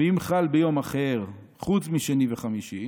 "ואם חל ביום אחר, חוץ משני וחמישי,